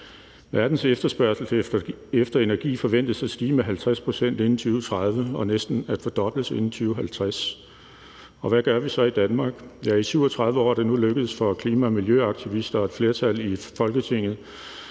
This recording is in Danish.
Verdens efterspørgsel efter energi forventes at stige med 50 pct. inden 2030 og næsten at fordobles inden 2050, og hvad gør vi så i Danmark? Ja, i 37 år er det nu lykkedes for klima- og miljøaktivister og et flertal i Folketinget